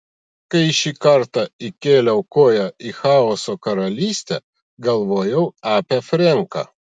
kai šį kartą įkėliau koją į chaoso karalystę galvojau apie frenką